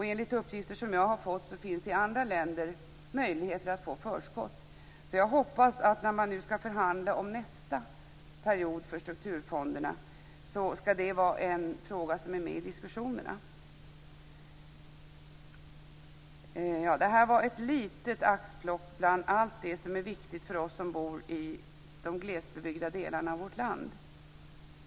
Enligt uppgifter som jag har fått finns det i andra länder möjligheter att få förskott. Jag hoppas därför att det skall vara en fråga som finns med i diskussionerna när man nu skall förhandla om nästa period för strukturfonderna. Det här var ett litet axplock bland allt det som är viktigt för oss som bor i de glesbebyggda delarna av vårt land.